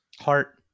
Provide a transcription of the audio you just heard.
Heart